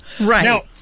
Right